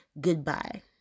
goodbye